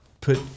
put